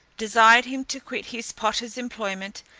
desired him to quit his porter's employment,